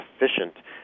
efficient